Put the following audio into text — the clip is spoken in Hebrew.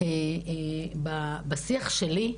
בשיח שלי,